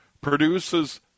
produces